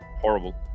horrible